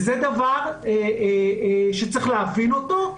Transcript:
זה דבר שצריך להבין אותו.